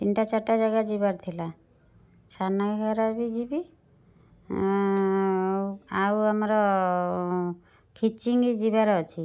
ତିନିଟା ଚାରିଟା ଜାଗା ଯିବାର ଥିଲା ସାନଘାଗରା ବି ଯିବି ଆଉ ଆମର ଖିଚିଂ ଯିବାର ଅଛି